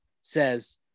says